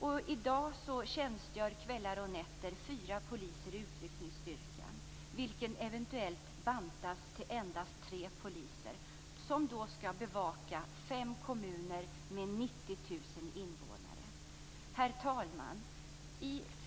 I dag tjänstgör under kvällar och nätter fyra poliser i utryckningsstyrkan - vilken eventuellt skall bantas till endast tre poliser - som skall bevaka fem kommuner med 90 000 invånare. Herr talman!